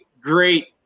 great